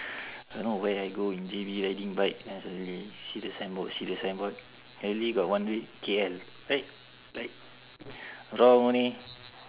don't know where I go in J_B riding bike then I suddenly see the signboard see the signboard really got one read K_L right right wrong leh